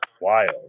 wild